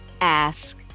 ask